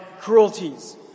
cruelties